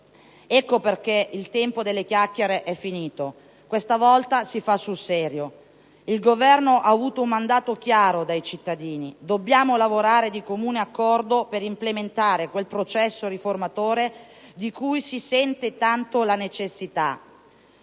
Ecco perché il tempo delle chiacchiere è finito. Questa volta si fa sul serio. Il Governo ha avuto un mandato chiaro dai cittadini. Dobbiamo lavorare di comune accordo per implementare quel processo riformatore di cui si sente tanto la necessità: